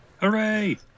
Hooray